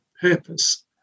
purpose